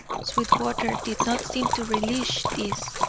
sweetwater did not seem to relish this,